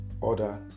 order